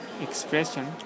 Expression